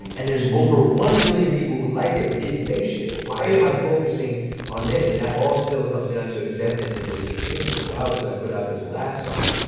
and there is over one million people who liked it and didn't say shit. why am i focusing on this? and that all still comes down to acceptance and just being human. it's wild, cause i put out this last song,